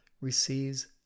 receives